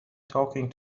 talking